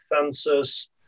fences